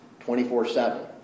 24-7